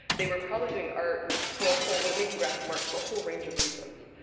they were probably doing art for a whole or making graphic marks for a whole range of reasons.